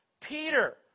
Peter